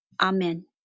Amen